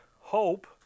hope